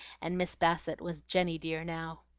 and miss bassett was jenny dear now.